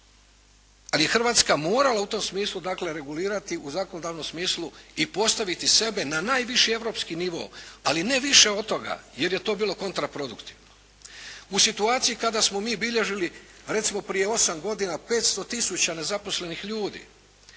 je Hrvatska morala u tom smislu regulirati u zakonodavnom smislu i postaviti sebe na najviši europski nivo, ali ne više od toga jer je to bilo kontraproduktivno. U situaciji kada smo mi bilježili, recimo prije 8 godina 500 tisuća nezaposlenih ljudi,